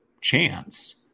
chance